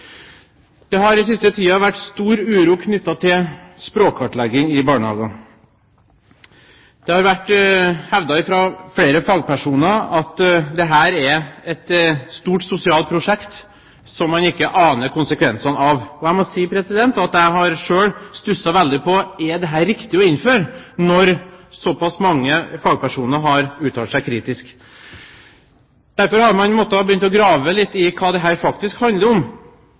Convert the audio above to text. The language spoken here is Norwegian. har den siste tiden vært stor uro knyttet til språkkartlegging i barnehager. Det har fra flere fagpersoner vært hevdet at dette er et stort sosialt prosjekt som man ikke aner konsekvensene av. Og jeg må si at jeg har selv stusset veldig på om det er riktig å innføre dette når såpass mange fagpersoner har uttalt seg kritisk. Derfor har man måttet begynne å grave litt i hva dette faktisk handler om.